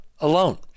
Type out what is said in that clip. alone